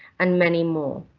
and many more.